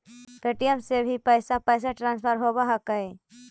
Paytm से भी पैसा ट्रांसफर होवहकै?